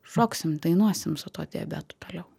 šoksim dainuosim su tuo diabetu toliau